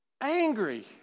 Angry